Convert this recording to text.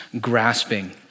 grasping